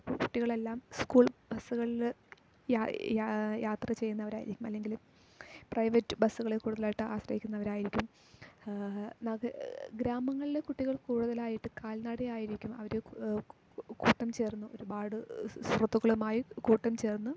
കുട്ടികളെല്ലാം സ്കൂൾ ബസ്സുകളിൽ യ യ യാത്ര ചെയ്യുന്നവരായിരിക്കും അല്ലെങ്കിൽ പ്രൈവറ്റ് ബസ്സുകളെ കൂടുതലായിട്ട് ആശ്രയിക്കുന്നവരായിരിക്കും നഗ ഗ്രാമങ്ങളിലെ കുട്ടികൾ കൂടുതലായിട്ട് കാൽ നടയായിരിക്കും അവർ കൂട്ടം ചേർന്ന് ഒരുപാട് സു സുഹൃത്തുക്കളുമായി കൂട്ടം ചേർന്ന്